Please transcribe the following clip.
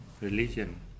religion